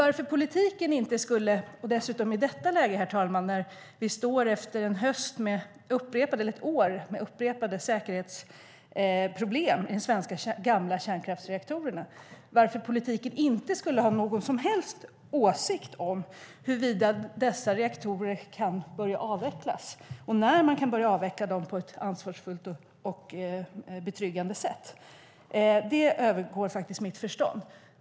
Varför politiken dessutom inte i detta läge, när vi efter ett år med upprepade säkerhetsproblem i de gamla, svenska kärnkraftsreaktorerna, skulle ha någon som helst åsikt om huruvida dessa reaktorer kan börja avvecklas och när man kan börja avveckla dem på ett ansvarsfullt och betryggande sätt övergår faktiskt mitt förstånd.